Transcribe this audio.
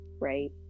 Right